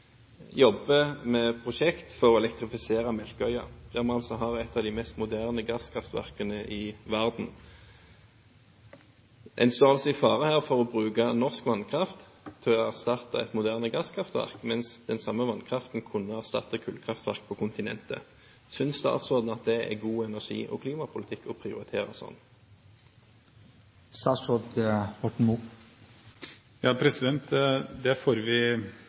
jobber med prosjekt for å elektrifisere Melkøya, der vi altså har et av de mest moderne gasskraftverkene i verden. En står altså her i fare for å bruke norsk vannkraft til å erstatte et moderne gasskraftverk, mens den samme vannkraften kunne erstattet kullkraftverk på kontinentet. Synes statsråden at det er god energi- og klimapolitikk å prioritere slik? Det får vi